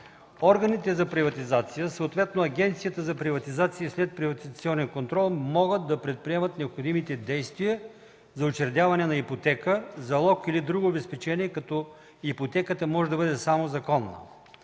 органите за приватизация, съответно Агенцията за приватизация и следприватизационен контрол, могат да предприемат необходимите действия за учредяване на ипотека, залог или друго обезпечение, като ипотеката може да бъде само законна.